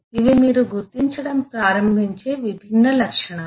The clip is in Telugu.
ఇవి మీరు గుర్తించడం ప్రారంభించే విభిన్న లక్షణాలు